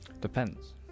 Depends